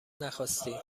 نخواستی